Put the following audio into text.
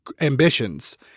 ambitions